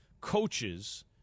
coaches